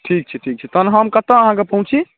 ठीक छै ठीक छै तहन हम कतऽ अहाँके पहुँची